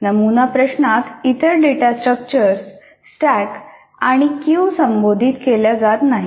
नमुना प्रश्नात इतर डेटा स्ट्रक्चर्स स्टॅक आणि क्यू संबोधित केल्या जात नाहीत